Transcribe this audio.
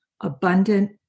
abundant